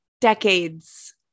decades